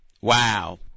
Wow